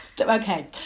Okay